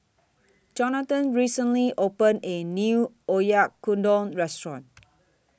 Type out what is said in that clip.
Jonathon recently opened A New Oyakodon Restaurant